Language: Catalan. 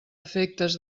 efectes